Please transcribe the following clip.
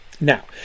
Now